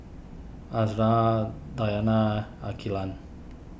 Azura Dayana Aqeelah